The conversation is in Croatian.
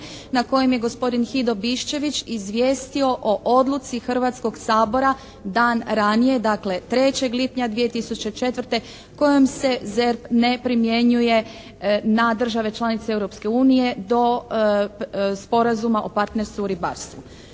na kojem je gospodin Hido Bišćević izvijestio o odluci Hrvatskog sabora dan ranije, dakle 3. lipnja 2004. kojom se ZERP ne primjenjuje na države članice Europske unije do Sporazuma o partnerstvu u ribarstvu.